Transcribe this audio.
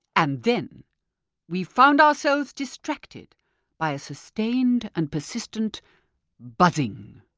and then we found ourselves distracted by a sustained and persistent buzzing,